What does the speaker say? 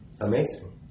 amazing